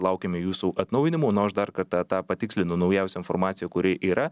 laukiame jūsų atnaujinimų na o aš dar kartą tą patikslinu naujausią informaciją kuri yra